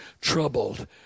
troubled